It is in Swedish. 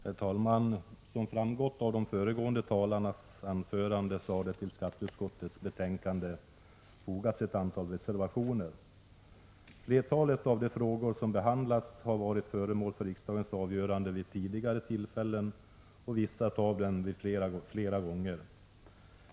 Herr talman! Som framgått av de föregående talarnas anföranden har det till skatteutskottets betänkande fogats ett antal reservationer. Flertalet av de frågor som behandlas har varit föremål för riksdagens avgörande vid tidigare tillfällen, vissa av dem flera gånger.